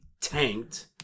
tanked